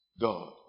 God